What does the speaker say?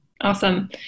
Awesome